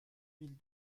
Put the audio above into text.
mille